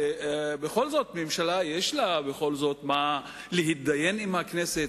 בכל זאת, הממשלה, יש לה מה להתדיין עם הכנסת.